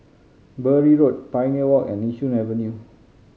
Bury Road Pioneer Walk and Yishun Avenue